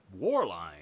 Warline